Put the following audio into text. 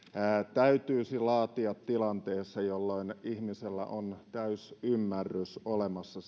täytyisi laatia tilanteessa jolloin ihmisellä on täysi ymmärrys olemassa